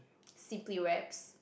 simply-wrapps